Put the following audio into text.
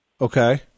Okay